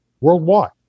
worldwide